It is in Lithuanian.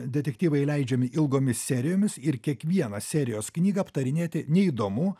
detektyvai leidžiami ilgomis serijomis ir kiekvieną serijos knygą aptarinėti neįdomu